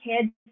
kids